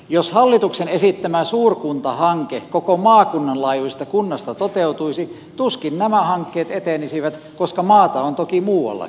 jos hallituksen esittämä suurkuntahanke koko maakunnan laajuisesta kunnasta toteutuisi tuskin nämä hankkeet etenisivät koska maata on toki muuallakin